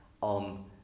on